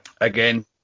Again